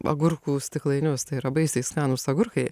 agurkų stiklainius tai yra baisiai skanūs agurkai